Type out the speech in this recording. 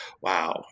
Wow